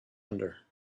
under